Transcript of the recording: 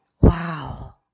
Wow